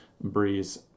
Breeze